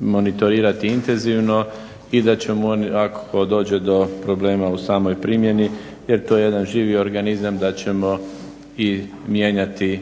monitorirati intenzivno i da ćemo ako dođe do problema u samoj primjeni jer to je jedan živi organizam, da ćemo i mijenjati